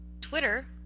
Twitter